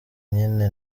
nyine